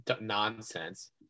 nonsense